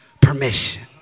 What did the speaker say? permission